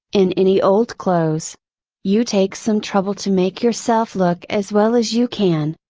in any old clothes you take some trouble to make yourself look as well as you can.